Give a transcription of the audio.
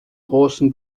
großen